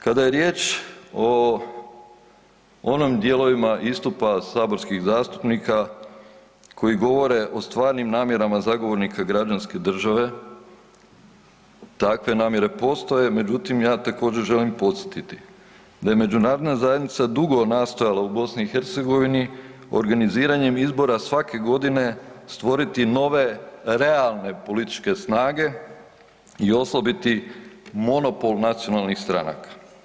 Kada je riječ o onim dijelovima istupa saborskih zastupnika koji govore o stvarnim namjerama zagovornika građanske države, takve namjere postoje međutim ja također želim podsjetiti da je međunarodna zajednica dugo nastojala u BiH organiziranjem izbora svake godine stvoriti nove realne političke snage i osobiti monopol nacionalnih stranaka.